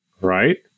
right